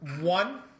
One